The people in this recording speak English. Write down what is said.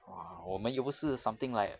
!wah! 我们又不是 something like